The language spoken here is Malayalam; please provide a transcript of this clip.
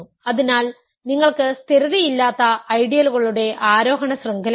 അതിനാൽ നിങ്ങൾക്ക് സ്ഥിരതയില്ലാത്ത ഐഡിയലുകളുടെ ആരോഹണ ശൃംഖലയുണ്ട്